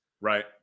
Right